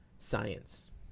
science